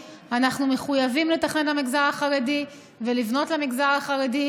סרטן הערמונית, סרטני עור למיניהם וסרטן